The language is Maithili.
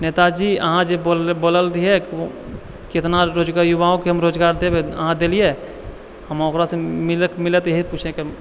नेताजी अहाँ जे बोलल रहिए युवाओके हम रोजगार देब अहाँ देलिए हम ओकरासँ मिलब तऽ इएह पुछैके चाही